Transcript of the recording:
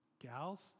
gals